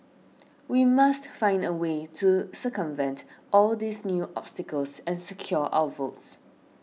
we must find a way to circumvent all these new obstacles and secure our votes